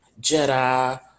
Jedi